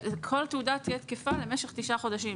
כל תעודה תהיה תקפה למשך 9 חודשים.